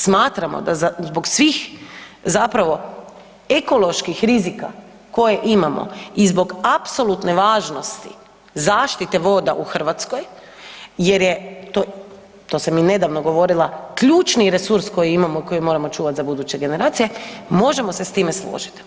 Smatramo da zbog svih zapravo ekoloških rizika koje imamo i zbog apsolutne važnosti zaštite voda u Hrvatskoj jer je to, to sam i nedavno govorila, ključni resurs koji imamo i koji moramo čuvati za buduće generacije, možemo se s time složit.